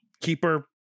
keeper